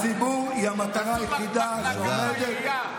הציבור הוא המטרה היחידה שעומדת לנגד עינינו,